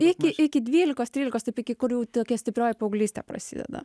iki iki dvylikos trylikos taip iki kur jau tokia stiprioji paauglystė prasideda